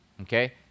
okay